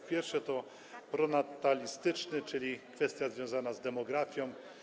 Po pierwsze, zakres pronatalistyczny, czyli kwestia związana z demografią.